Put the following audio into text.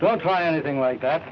don't try anything like that